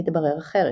התברר אחרת.